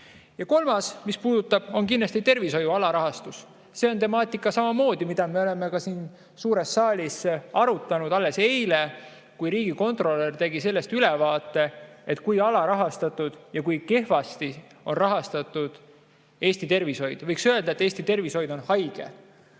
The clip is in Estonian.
Ja kolmas probleem on kindlasti tervishoiu alarahastatus. See on samamoodi temaatika, mida me oleme ka siin suures saalis arutanud. Alles eile tegi riigikontrolör sellest ülevaate, kui alarahastatud, kui kehvasti on rahastatud Eesti tervishoid. Võiks öelda, et Eesti tervishoid on haige.